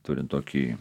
turint tokį